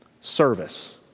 service